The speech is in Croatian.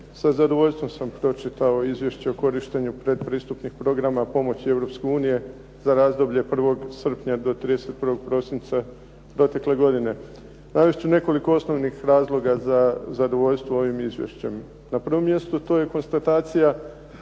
Sa zadovoljstvom sam pročitao Izvješće o korištenju pretpristupnih programa pomoći Europske unije za razdoblje od 1. srpnja do 31. prosinca protekle godine. Navest ću nekoliko osnovnih razloga za zadovoljstvo ovim izvješćem. Na prvom mjestu to je konstatacija